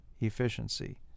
efficiency